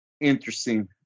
interesting